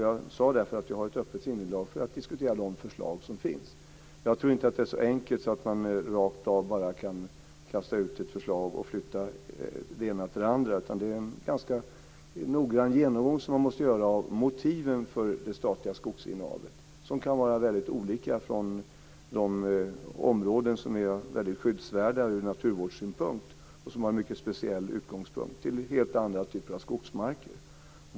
Jag sade därför att jag har ett öppet sinnelag för att diskutera de förslag som finns. Jag tror inte att det är så enkelt som att man bara kan kasta ut ett förslag och flytta det ena till det andra. Man måste göra en ganska noggrann genomgång av motiven för det statliga skogsinnehavet, som kan vara väldigt olika från de områden som är väldigt skyddsvärda ur naturvårdssynpunkt och som har en mycket speciell utgångspunkt till helt andra typer av skogsmarker.